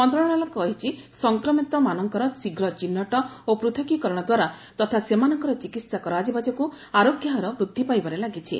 ମନ୍ତ୍ରଣାଳୟ କହିଛି ସଫକ୍ମିତମାନଙ୍କର ଶୀଘ୍ ଚିହ୍ରଟ ଓ ପୃଥକୀକରଣ ତଥା ସେମାନଙ୍କର ଚିକିିି୍କା କରାଯିବା ଯୋଗୁଁ ଆରୋଗ୍ୟ ହାର ବୃଦ୍ଧି ପାଇବାରେ ଲାଗିଛି